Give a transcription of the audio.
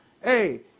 Hey